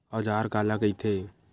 औजार काला कइथे?